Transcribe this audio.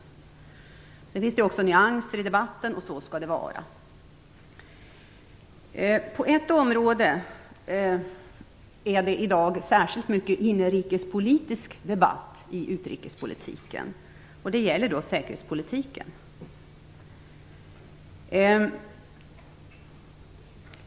Därutöver finns det också nyanser i debatten, och så skall det vara. På ett område är det i dag särskilt mycket inrikespolitisk debatt i utrikespolitiken, och det är vad gäller säkerhetspolitiken.